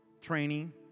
training